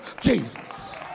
Jesus